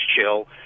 chill